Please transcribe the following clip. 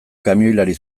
kamioilari